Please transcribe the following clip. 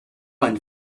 ein